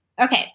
Okay